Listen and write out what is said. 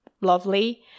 lovely